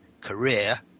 career